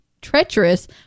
treacherous